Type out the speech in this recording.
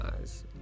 eyes